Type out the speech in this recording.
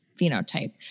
phenotype